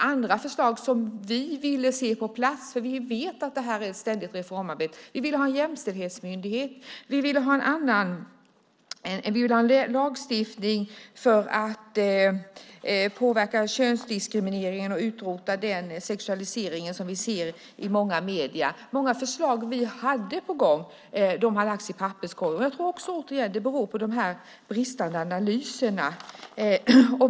Andra förslag som vi ville se på plats, för vi vet att detta är ett ständigt reformarbete, var en jämställdhetsmyndighet, en lagstiftning för att påverka könsdiskrimineringen och utrota den sexualisering som vi ser i många medier. Många av de förslag vi hade på gång har lagts i papperskorgen. Jag tror att det återigen beror på de bristande analyserna.